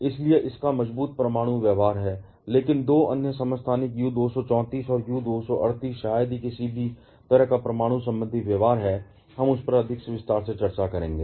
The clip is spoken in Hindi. इसलिए इसका मजबूत परमाणु व्यवहार है लेकिन दो अन्य समस्थानिक U 234 और U238 शायद ही किसी भी तरह का परमाणु संबंधी व्यवहार है हम उस पर अधिक विस्तार से चर्चा करेंगे